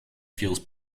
feels